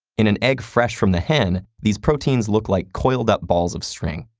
in an egg fresh from the hen, these proteins look like coiled up balls of string.